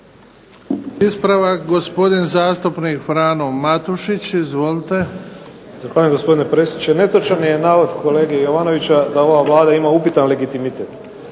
Ispravak, gosopdin zastupnik Frano Matušić. Izvolite. **Matušić, Frano (HDZ)** Hvala gospodine predsjedniče. Netočan je navod kolege Jovanovića da ova Vlada ima upitan legitimitet.